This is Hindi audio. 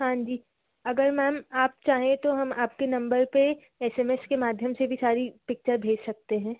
हाँ जी अगर मैम आप चाहें तो हम आपके नम्बर पर एस एम एस के माध्यम से भी सारी पिक्चर भेज सकते हैं